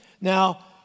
Now